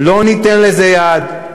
לא ניתן לזה יד.